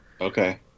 Okay